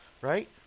right